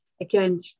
again